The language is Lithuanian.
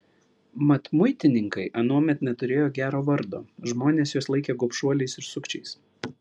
mat muitininkai anuomet neturėjo gero vardo žmonės juos laikė gobšuoliais ir sukčiais